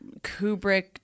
Kubrick